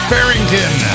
Barrington